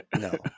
no